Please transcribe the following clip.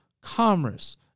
commerce